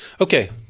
Okay